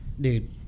Dude